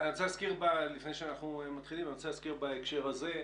לפני שאנחנו מתחילים, אני רוצה להזכיר בהקשר הזה,